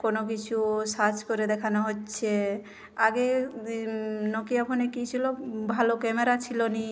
কোনো কিছু সার্চ করে দেখানো হচ্ছে আগে নোকিয়া ফোনে কী ছিলো ভালো ক্যামেরা ছিলো না